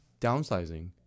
downsizing